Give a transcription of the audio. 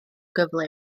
gyflym